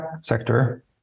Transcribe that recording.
sector